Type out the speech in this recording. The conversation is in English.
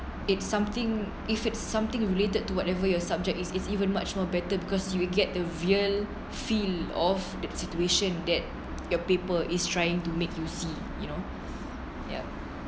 it's something if it's something related to whatever your subject is is even much more better because you will get the real feel of the situation that your paper is trying to make you see you know ya